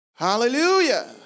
Hallelujah